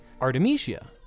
Artemisia